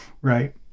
right